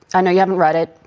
i know you haven't read it.